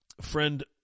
friend